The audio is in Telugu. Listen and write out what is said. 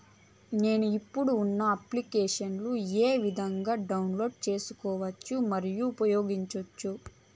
నేను, ఇప్పుడు ఉన్న అప్లికేషన్లు ఏ విధంగా డౌన్లోడ్ సేసుకోవచ్చు మరియు ఉపయోగించొచ్చు?